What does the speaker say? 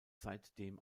seitdem